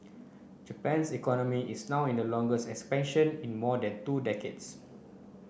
Japan's economy is now in the longest expansion in more than two decades